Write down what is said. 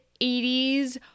80s